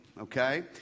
okay